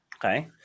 Okay